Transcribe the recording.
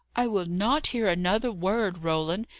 i will not hear another word, roland,